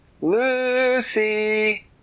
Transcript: Lucy